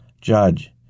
Judge